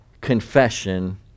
confession